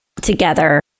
together